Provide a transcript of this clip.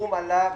הסכום עלה.